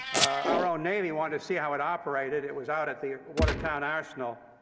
our own navy wanted to see how it operated. it was out at the watertown arsenal.